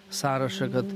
sąrašą kad